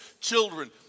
children